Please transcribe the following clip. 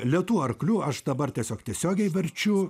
lėtų arklių aš dabar tiesiog tiesiogiai verčiu